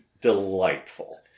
delightful